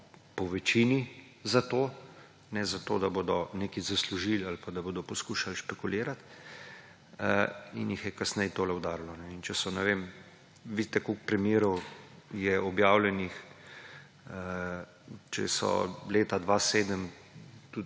povečini za to, ne zato, da bodo nekaj zaslužil ali pa da bodo poskušali špekulirati ‒ in jih je kasneje tole udarilo. In če so ‒ ne vem, vidite, koliko primerov je objavljenih ‒, če so leta 2007